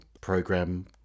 program